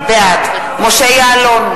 בעד משה יעלון,